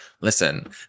listen